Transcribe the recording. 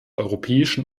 europäischen